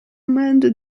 amanda